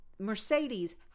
Mercedes